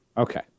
Okay